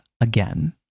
again